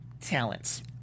talents